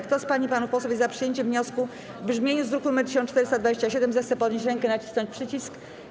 Kto z pań i panów posłów jest za przyjęciem wniosku w brzmieniu z druku nr 1427, zechce podnieść rękę i nacisnąć przycisk.